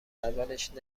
اولشم